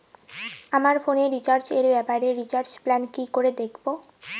আমার ফোনে রিচার্জ এর ব্যাপারে রিচার্জ প্ল্যান কি করে দেখবো?